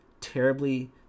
terribly